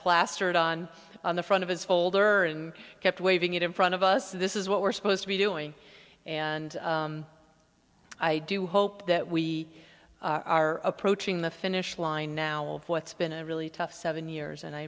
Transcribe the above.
plastered on the front of his folder and kept waving it in front of us this is what we're supposed to be doing and i do hope that we are approaching the finish line now of what's been a really tough seven years and i